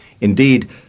Indeed